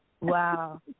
Wow